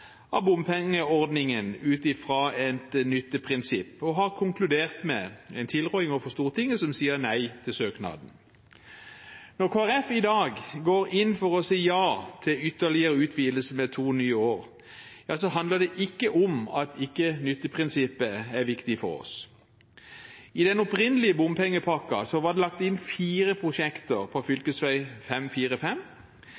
av bompengeordningen, og en har i tilrådingen overfor Stortinget konkludert med å si nei til søknaden. Når Kristelig Folkeparti i dag går inn for å si ja til ytterligere utvidelse med to nye år, handler det ikke om at ikke nytteprinsippet er viktig for oss. I den opprinnelige bompengepakken var det lagt inn fire prosjekter på